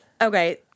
okay